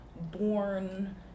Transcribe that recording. born